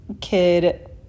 kid